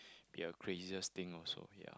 be a craziest thing also ya